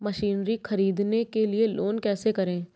Machinery ख़रीदने के लिए लोन कैसे करें?